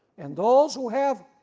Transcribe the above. and those who have,